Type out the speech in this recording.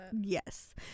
yes